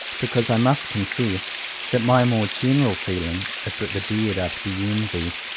because i must confess that my more general feeling is that the dead are to be envied,